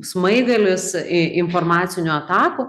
smaigalis į informacinių atakų